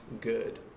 good